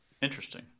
Interesting